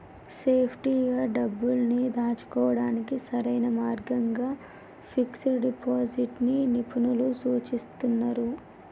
సేఫ్టీగా డబ్బుల్ని దాచుకోడానికి సరైన మార్గంగా ఫిక్స్డ్ డిపాజిట్ ని నిపుణులు సూచిస్తున్నరు